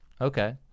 Okay